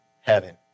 heaven